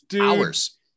Hours